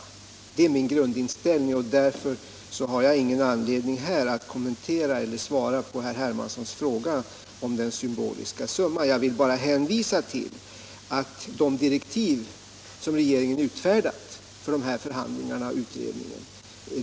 Detta är min grundinställning. Och därför har jag ingen anledning att kommentera eller svara på herr Hermanssons fråga om den symboliska summan, utan jag vill bara hänvisa till de direktiv som regeringen har utfärdat för förhandlingarna och utredningen.